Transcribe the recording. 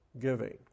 giving